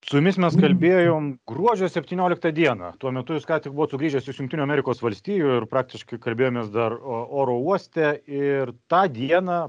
su jumis mes kalbėjom gruodžio septynioliktą dieną tuo metu jūs ką tik buvot sugrįžęs iš jungtinių amerikos valstijų ir praktiškai kalbėjomės dar o oro uoste ir tą dieną